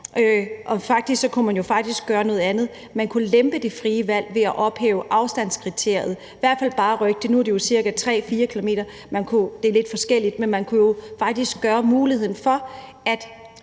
men faktisk kunne man jo gøre noget andet: Man kunne lempe det frie valg ved at ophæve afstandskriteriet eller i hvert fald bare rykke det. Nu er det jo ca. 3-4 km – det er lidt forskelligt – men man kunne faktisk give mulighed for, at